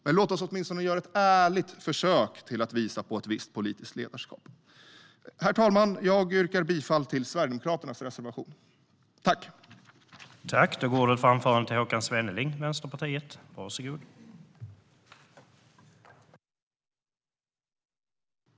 Men låt oss åtminstone göra ett ärligt försök till att visa på ett visst politiskt ledarskap. Herr talman! Jag yrkar bifall till Sverigedemokraternas reservation nr 1.